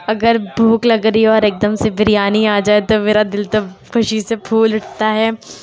اگر بھوک لگ رہی ہو اور ایک دم سے بریانی آ جائے تو میرا دل تو خوشی سے پھول اٹھتا ہے